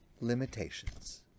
limitations